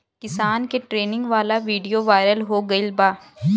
किसान के ट्रेनिंग वाला विडीओ वायरल हो गईल बा